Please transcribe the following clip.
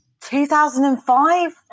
2005